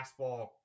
fastball